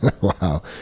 Wow